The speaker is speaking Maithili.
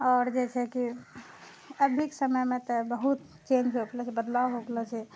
आओर जे छै कि अभीके समयमे तऽ बहुत चेन्ज हो गेलौ छै बदलाओ हो गेलौ छै